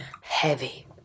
heavy